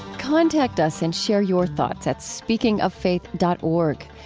contact us and share your thoughts at speakingoffaith dot org.